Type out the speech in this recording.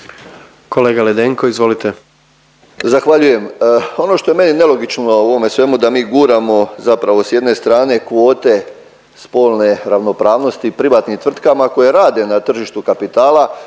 Kolega Ledenko izvolite.